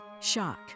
shock